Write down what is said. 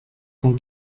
con